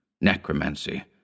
necromancy